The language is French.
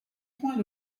points